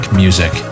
music